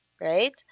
right